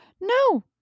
No